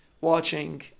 watching